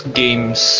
games